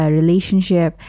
relationship